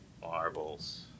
Marbles